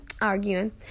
arguing